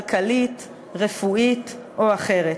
כלכלית, רפואית או אחרת.